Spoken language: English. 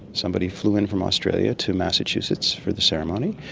somebody flew in from australia to massachusetts for the ceremony.